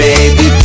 Baby